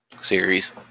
series